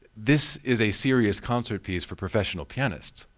this is a serious concert piece for professional pianists.